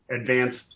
advanced